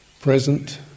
present